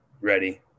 ready